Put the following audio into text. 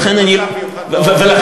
יש